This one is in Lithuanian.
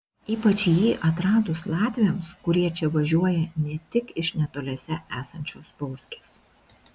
ypač jį atradus latviams kurie čia važiuoja ne tik iš netoliese esančios bauskės